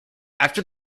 after